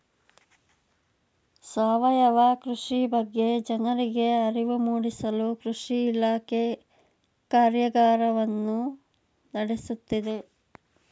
ಸಾವಯವ ಕೃಷಿ ಬಗ್ಗೆ ಜನರಿಗೆ ಅರಿವು ಮೂಡಿಸಲು ಕೃಷಿ ಇಲಾಖೆ ಕಾರ್ಯಗಾರವನ್ನು ನಡೆಸುತ್ತಿದೆ